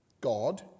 God